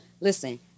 Listen